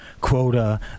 quota